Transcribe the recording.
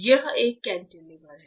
यह एक कैंटिलीवर है